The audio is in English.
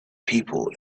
people